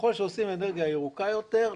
ככל שעושים אנרגיה ירוקה יותר,